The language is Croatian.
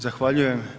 Zahvaljujem.